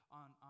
on